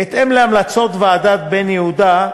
בהתאם להמלצות ועדת בן-יהודה,